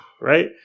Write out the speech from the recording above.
right